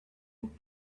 out